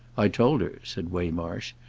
i told her, said waymarsh,